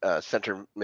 center